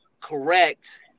correct